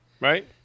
right